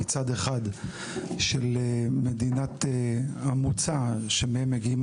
מצד אחד של מדינת המוצא שממנה מגיעים